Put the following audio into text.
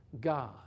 God